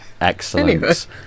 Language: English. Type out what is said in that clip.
Excellent